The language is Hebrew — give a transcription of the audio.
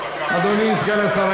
אדוני סגן השר,